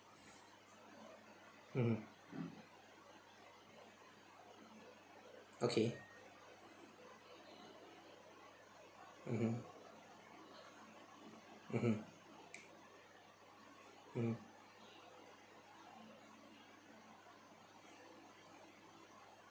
mm okay mmhmm mmhmm mm